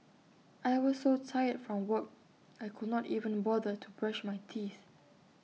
I was so tired from work I could not even bother to brush my teeth